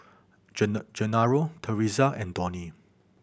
Genaro Theresa and Donie